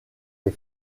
les